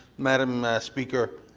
madame speaker,